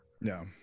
No